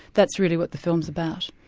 that's really what the film's about.